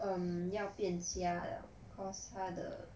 um 要便瞎了 cause 他的